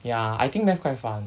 ya I think math quite fun